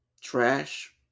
Trash